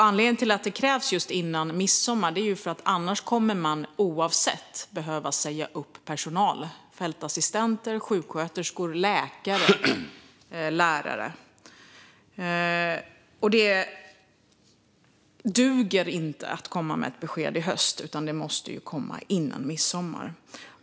Anledningen till att det krävs just innan midsommar är att man annars oavsett kommer att behöva säga upp personal. Det handlar om fältassistenter, sjuksköterskor, läkare och lärare. Det duger inte att komma med ett besked i höst. Det måste komma innan midsommar.